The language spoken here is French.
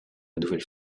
nouvelle